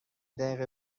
دقیقه